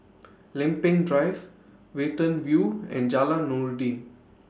Lempeng Drive Watten View and Jalan Noordin